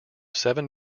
seven